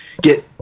get